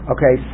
Okay